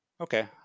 okay